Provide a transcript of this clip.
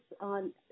on